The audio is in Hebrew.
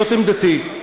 זאת עמדתי.